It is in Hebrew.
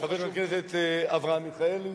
חבר הכנסת אברהם מיכאלי,